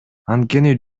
анткени